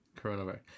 coronavirus